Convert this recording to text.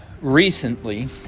recently